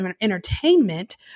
entertainment